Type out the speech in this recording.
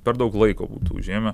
per daug laiko būtų užėmę